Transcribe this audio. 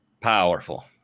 powerful